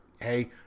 hey